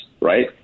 Right